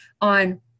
on